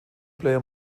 player